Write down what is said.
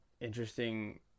interesting